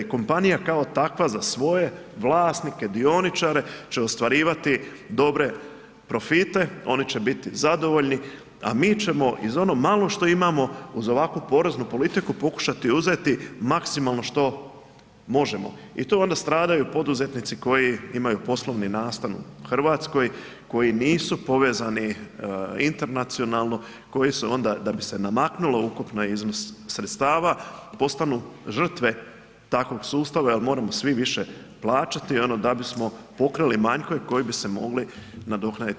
Kompanija kao takva za svoje vlasnike, dioničare će ostvarivati dobre profite, oni će biti zadovoljni, a mi ćemo iz ono malo što imamo uz ovakvu poreznu politiku pokušati uzeti maksimalno što možemo i tu onda stradaju poduzetnici koji imaju poslovni nastan u RH, koji nisu povezani internacionalno, koji se onda da bi se namaknulo ukupan iznos sredstava, postanu žrtve takvog sustava jel moramo svi više plaćati da bismo pokrili manjkovi koji bi se mogli nadoknaditi.